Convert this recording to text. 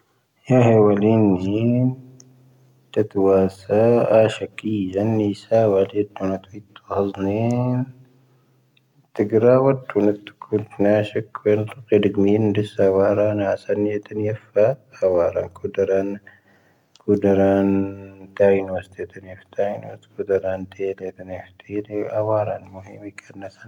ⵀⵢⵢⴻⵀ ⵡⴰⵍⵉⵏ ⵀⵉⵉⵏ ⵜⴰⵜⵓⵡⴰⵙⴰ ⴰⴰⵙⵀⴰⴽⵉⵣⴰⵏ ⵏⵉⵙⴰ ⵡⴰⴰⴷ ⵀⵉⵜⵎoⵏⴰ ⵜⵓⵉⵜⵓ ⵀⵉⵣⵏⵉⵔ. ⵜⵉⴳⵔⴰⵡⴰ ⵜⵓⵏⵉⵜ ⴽⵓⵍ ⵏⴰⴰⵙⵀⴰⴽ ⴽⵡⵉⵍ ⵜⵓⴽⵔⴻ ⴷⵉⴳⵎⵉⵔⵏⴷⵉⵙ ⴰⵡⴰⵔⴰⵏ ⴰⴰⵙⴰⵏⵉⵢⴻ ⵜⴰⵏⵉ ⴼⴰⴷ ⴰⵡⴰⵔⴰⵏ ⴽⵓⴷⴰⵔⴰⵏ. ⴽⵓⴷⴰⵔⴰⵏ ⴷⴰⵉⵏ ⵡⴰⴰⵙⴷⴻ ⵜⴰⵏⵉ ⴼⴷⴰⵉⵏ ⵡⴰⴰⵙⴷ ⴽⵓⴷⴰⵔⴰⵏ ⴷⴻⵢⴷⴻ ⵜⴰⵏⵉ ⵀⵜⴻⵢⴷⴻ ⴰⵡⴰⵔⴰⵏ ⵎⵓⵀⴻⵡⴻⴽ ⵏⴰⵙⴰⵏ.